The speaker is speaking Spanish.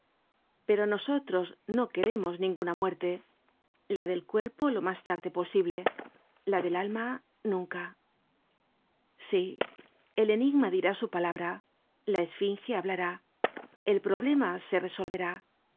pero nosotros no queremos ninguna muerte la del cuerpo lo mas tarde posible la del alma nunca sí el enigma dirá su palabra la esfinge hablará el problema se resolverá